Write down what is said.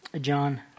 John